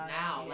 now